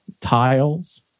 tiles